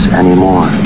anymore